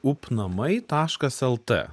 up namai taškas lt